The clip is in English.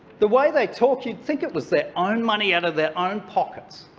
the way they talk, you'd think it was their own money out of their own pockets.